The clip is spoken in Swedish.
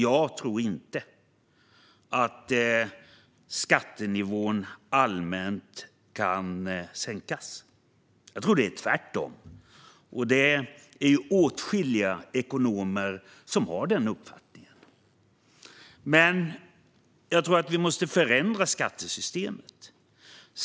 Jag tror inte att skattenivån allmänt kan sänkas. Jag tror att det är tvärtom, och det är åtskilliga ekonomer som har den uppfattningen. Men jag tror att vi måste förändra skattesystemet.